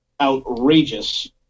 outrageous